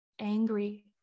angry